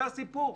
זה הסיפור.